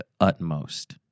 utmost